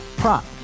prop